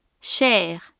cher